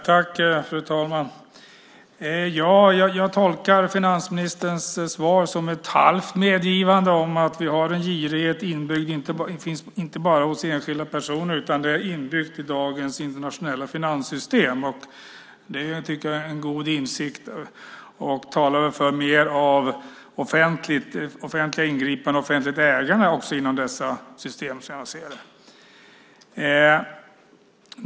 Fru talman! Jag tolkar finansministerns svar som ett halvt medgivande av att vi har en girighet inte bara hos enskilda personer utan den är inbyggd i dagens internationella finanssystem. Det tycker jag är en god insikt och talar för mer av offentliga ingripanden och offentligt ägande också inom dessa system, som jag ser det.